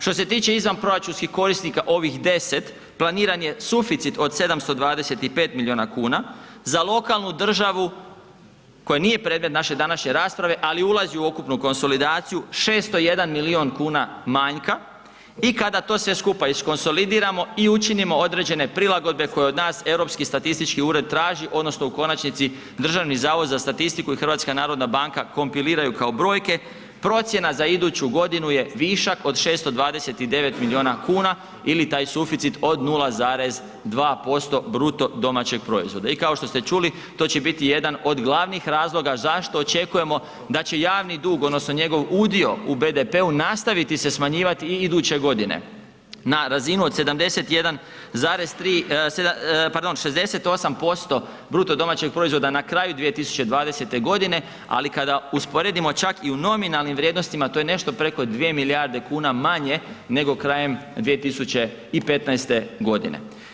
Što se tiče izvanproračunskih korisnika, ovih 10, planiran je suficit od 725 milijun kuna, za lokalnu državu koja nije predmet naše današnje rasprave ali ulazi u ukupnu konsolidaciju, 601 milijun kuna manjka i kada to sve skupa iskonsolidiramo i učinimo određene prilagodbe koje od nas Europski statistički ured traži odnosno u konačnici Državni zavod za statistiku i HNB, kompiliraju kao brojke, procjena za iduću godinu je višak od 629 milijuna kuna ili taj suficit od 0,2% BDP-a i kao što ste čuli, to će biti jedan od glavnih razloga zašto očekujemo da će javni dug odnosno njegov udio u BDP-u nastaviti se smanjivati i iduće godine na razinu od 71,3, pardon, 68% BDP-a na kraju 2020. g. ali kada usporedimo čak i u nominalnim vrijednostima, to je nešto preko 2 milijarde kuna manje nego krajem 2015. godine.